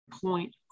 point